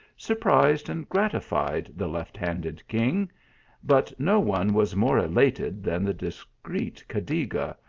surprised and gratified the left-handed king but no one was more elated than the discreet cadiga,